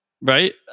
right